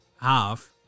half